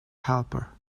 helper